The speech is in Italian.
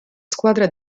squadra